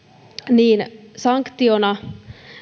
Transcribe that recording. niin sanktiona